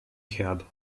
kerbe